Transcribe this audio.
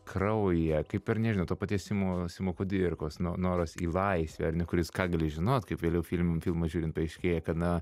kraujyje kaip ir nežinau to paties simo simo kudirkos noras į laisvę ar ne kuris ką gali žinot kaip vėliau filme filmą žiūrint paaiškėja kad na